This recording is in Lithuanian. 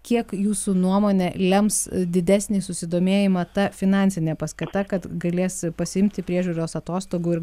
kiek jūsų nuomone lems didesnį susidomėjimą ta finansine paskata kad galės pasiimti priežiūros atostogų ir